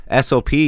SOP